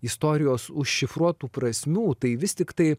istorijos užšifruotų prasmių tai vis tiktai